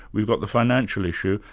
we've got the financial issue,